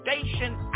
station